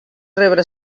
rebre